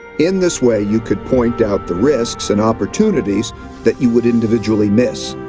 in this way, you could point out the risks and opportunities that you would individually miss.